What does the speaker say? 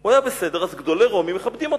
הוא היה בסדר, אז גדולי רומי מכבדים אותו.